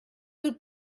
will